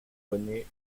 rené